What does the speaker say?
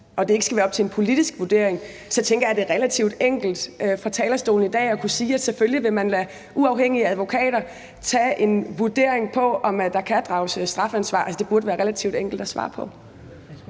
så det ikke skal være op til en politisk vurdering – så tænker jeg, at det er relativt enkelt fra talerstolen i dag at kunne sige, at man selvfølgelig vil lade uafhængige advokater foretage en vurdering af, om der kan drages et strafferetligt ansvar. Det burde være relativt enkelt at svare på.